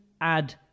add